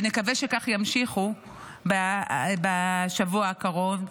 ונקווה שכך ימשיכו בשבוע הקרוב,